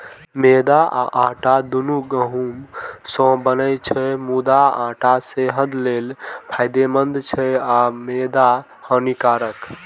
मैदा आ आटा, दुनू गहूम सं बनै छै, मुदा आटा सेहत लेल फायदेमंद छै आ मैदा हानिकारक